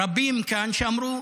רבים כאן שאמרו: